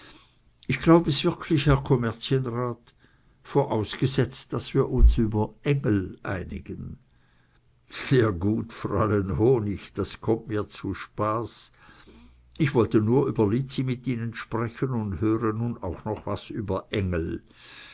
ich glaub es wirklich herr kommerzienrat vorausgesetzt daß wir uns über engel einigen sehr gut fräulein honig das kommt mir zupaß ich wollte nur über lizzi mit ihnen sprechen und höre nun auch noch was über engel